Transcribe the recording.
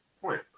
point